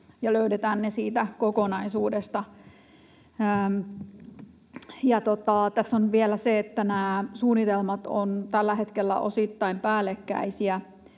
ja löydetään ne siitä kokonaisuudesta. Tässä on vielä se, että nämä suunnitelmat ovat tällä hetkellä osittain päällekkäisiä,